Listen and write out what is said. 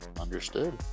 Understood